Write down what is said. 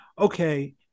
okay